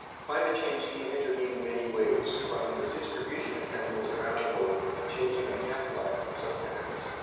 climate change can intervene in many ways. from the distribution of chemicals around the world, to changing the half-lifes of some chemicals.